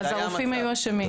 אז הרופאים היו אשמים.